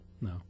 No